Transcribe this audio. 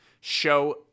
show